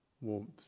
warmth